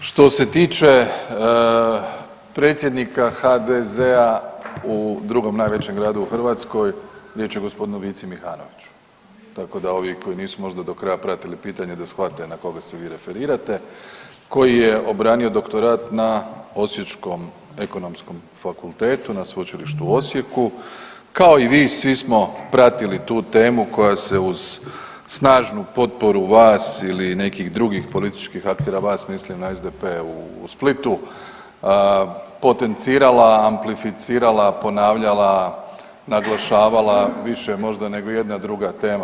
Što se tiče predsjednika HDZ-a u drugom najvećem gradu u Hrvatskoj, riječ je o g. Vici Mihanoviću, tako da ovi koji nisu možda do kraja pratili pitanje da shvate na koga se vi referirate, koji je obranio doktorat na osječkom ekonomskom fakultetu, na Sveučilištu u Osijeku, kao i vi svi smo pratili tu temu koja se uz snažnu potporu vas ili nekih drugih političkih aktera, vas mislim na SDP u Splitu, potencirala, amplificirala, ponavljala, naglašavala više možda nego ijedna druga tema.